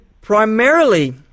primarily